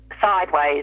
sideways